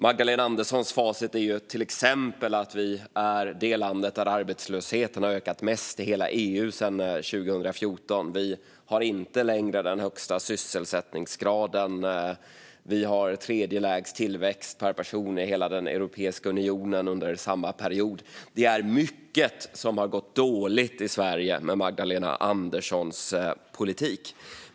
Magdalena Anderssons facit är till exempel att Sverige är det land där arbetslösheten har ökat mest i hela EU sedan 2014. Vi har inte längre den högsta sysselsättningsgraden, och vi har den tredje lägsta tillväxten per person i hela Europeiska unionen under samma period. Det är mycket som har gått dåligt i Sverige med Magdalena Anderssons politik.